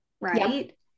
right